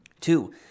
Two